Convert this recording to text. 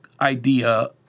idea